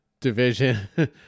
division